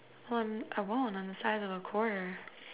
well I'm only the size of a quarter